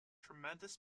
tremendous